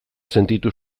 sentitu